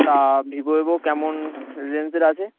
তা Vivo Oppo কেমন রেঞ্জের আছে